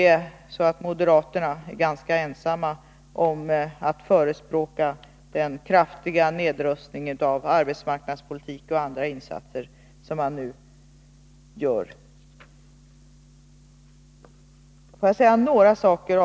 Tack och lov är moderaterna ganska ensamma om att förespråka denna kraftiga nedrustning i arbetsmarknadspolitiken och andra liknande insatser.